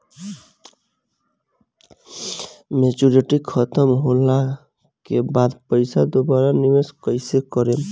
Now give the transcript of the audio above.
Maturity खतम होला के बाद पईसा दोबारा निवेश कइसे करेम?